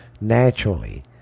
naturally